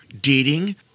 dating